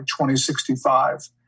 2065